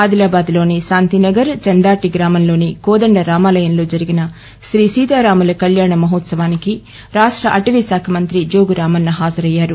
ఆదిలాబాద్లోని శాంతినగర్ చందాటిగ్రామంలోని కోదండ రామాయంలో జరిగిన శ్రీసీతారాము కళ్యాణ మహోత్పవానికి రాష్ట అటవీ శాఖమంత్రి జోగు రామన్న హాజరయ్యారు